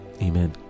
Amen